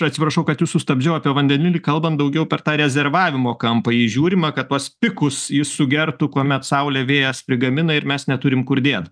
atsiprašau kad jus sustabdžiau apie vandenilį kalbam daugiau per tą rezervavimo kampą į jį žiūrima kad tuos pikus jis sugertų kuomet saulė vėjas prigamina ir mes neturim kur dėt